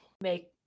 make